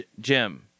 Jim